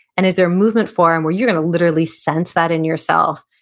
and is there a movement form where you're going to literally sense that in yourself,